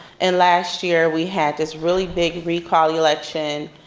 and last year, we had this really big recall election.